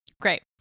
Great